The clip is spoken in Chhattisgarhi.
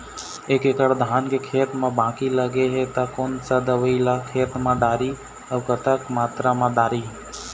एक एकड़ धान के खेत मा बाकी लगे हे ता कोन सा दवई ला खेत मा डारी अऊ कतक मात्रा मा दारी?